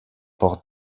por